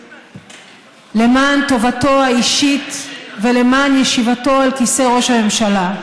למען טובתו האישית ולמען ישיבתו על כיסא ראש הממשלה.